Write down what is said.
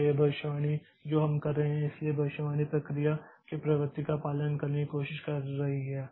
तो यह भविष्यवाणी जो हम कर रहे हैं इसलिए भविष्यवाणी प्रक्रिया के प्रवृत्ति का पालन करने की कोशिश कर रही है